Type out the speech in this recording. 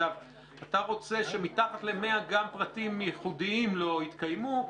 אתה רוצה שמתחת ל-100 גם פרטים ייחודיים לא יתקיימו.